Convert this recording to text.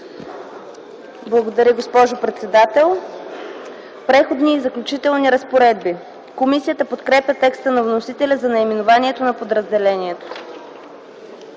Благодаря, госпожо председател. „Преходни и заключителните разпоредби.” Комисията подкрепя текста на вносителя за наименованието на подразделението.